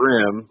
Rim